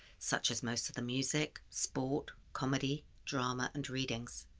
such as most of the music, sport comedy, drama and readings.